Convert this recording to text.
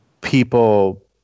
people